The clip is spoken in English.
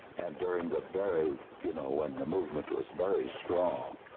and during the very you know when the movement was very strong